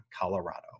Colorado